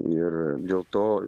ir dėl to